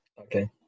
okay